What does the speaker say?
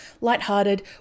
lighthearted